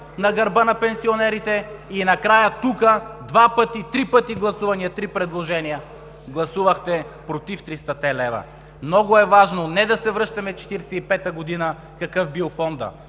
на гърба на пенсионерите и накрая тук два пъти, три пъти гласувания, три предложения гласувахте „против“ тристата лева. Много е важно не да се връщаме в 1945 г. и какъв бил фондът?